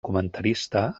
comentarista